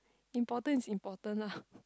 important is important lah